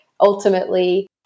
ultimately